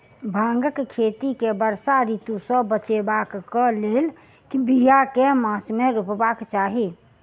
भांगक खेती केँ वर्षा ऋतु सऽ बचेबाक कऽ लेल, बिया केँ मास मे रोपबाक चाहि?